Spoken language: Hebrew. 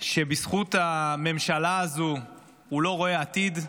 שבזכות הממשלה הזו הוא לא רואה עתיד.